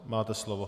Máte slovo.